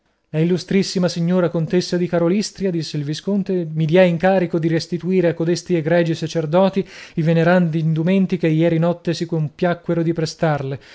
la illustrissima signora contessa di karolystria disse il visconte mi diè incarico di restituire a codesti egregi sacerdoti i venerandi indumenti che ieri notte si compiacquero di prestarle